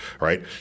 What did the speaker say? right